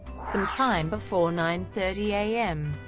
some time before nine thirty a m.